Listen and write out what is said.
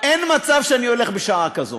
אין מצב שאני הולך בשעה כזאת.